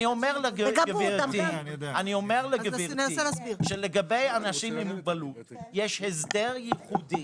אני אומר לגברתי שלגבי אנשים עם מוגבלות יש הסדר ייחודי,